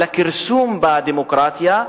לכרסום בדמוקרטיה,